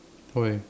why